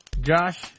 Josh